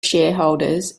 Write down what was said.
shareholders